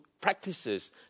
practices